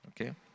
okay